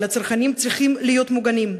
אבל הצרכנים צריכים להיות מוגנים.